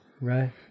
Right